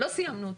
לא סיימנו אותה.